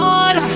on